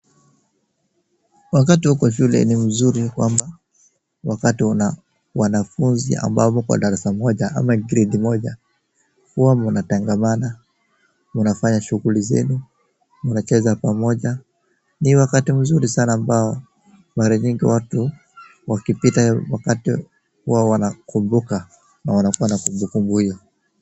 Wakati wako shule ni mzuri kwamba, wakati wanafunzi ambao wako darasa moja ama gredi moja huwa mnatangamana, mnafanya shughuli zenu, mnacheza pamoja, ni wakati mzuri sana ambao mara nyingi watu wakipita wakati huwa wanakumbuka na wanakuwa na kumbukumbu hiyo.